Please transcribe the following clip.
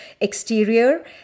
exterior